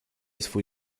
swój